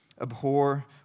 Abhor